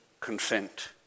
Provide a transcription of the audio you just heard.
Consent